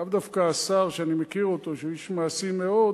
לאו דווקא השר שאני מכיר אותו שהוא איש מעשי מאוד,